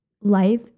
life